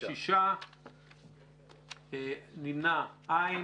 הצבעה בעד, 4 נגד, 5 לא אושרה.